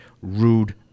rude